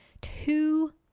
two